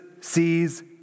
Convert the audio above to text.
sees